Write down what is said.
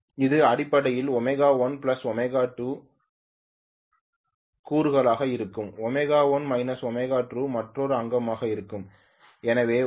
இது அடிப்படையில் ω1 ω2 1 கூறுகளாக இருக்கும் ω1 ω2 மற்றொரு அங்கமாக இருக்கும்